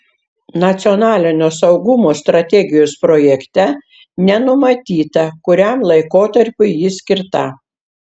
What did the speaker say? nacionalinio saugumo strategijos projekte nenumatyta kuriam laikotarpiui ji skirta